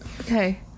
Okay